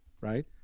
right